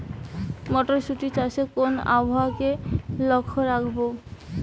মটরশুটি চাষে কোন আবহাওয়াকে লক্ষ্য রাখবো?